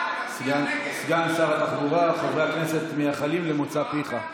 סגן שרת התחבורה, חברי הכנסת מייחלים למוצא פיך.